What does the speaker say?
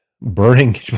burning